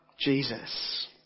Jesus